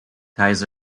ties